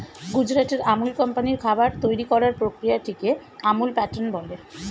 গুজরাটের আমুল কোম্পানির খাবার তৈরি করার প্রক্রিয়াটিকে আমুল প্যাটার্ন বলে